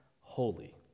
holy